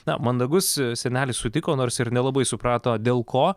na mandagus senelis sutiko nors ir nelabai suprato dėl ko